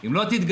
אם לא תתגייסו